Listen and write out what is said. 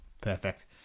perfect